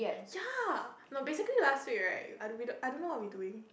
ya no basically last week right I don't know what we doing